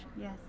Yes